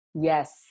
Yes